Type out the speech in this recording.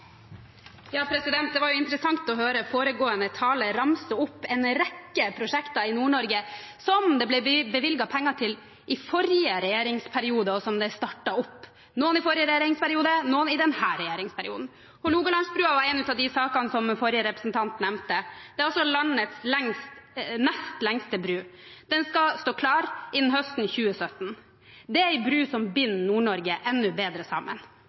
ble bevilget penger til i forrige regjeringsperiode, og som er startet opp, noen i forrige regjeringsperiode og noen i denne regjeringsperioden. Hålogalandsbrua var en av sakene den forrige representanten nevnte. Det er landets nest lengste bro. Den skal stå klar innen høsten 2017. Det er en bro som binder Nord-Norge enda bedre sammen,